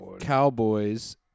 Cowboys